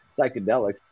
psychedelics